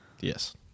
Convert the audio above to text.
yes